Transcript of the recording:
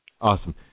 Awesome